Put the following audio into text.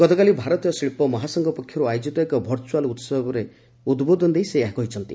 ଗତକାଲି ଭାରତୀୟ ଶିଳ୍ପ ମହାସଂଘ ପକ୍ଷରୁ ଆୟୋଜିତ ଏକ ଭର୍ଚୁଆଲ୍ ଉହବରେ ଉଦ୍ବୋଧନ ଦେଇ ସେ ଏହା କହିଛନ୍ତି